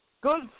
Good